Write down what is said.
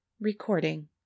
Recording